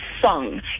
song